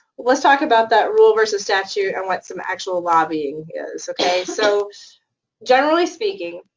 let's talk about that rule versus statute and what some actual lobbying is, okay? so generally speaking,